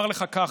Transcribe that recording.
אומר לך כך,